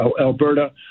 Alberta